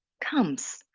comes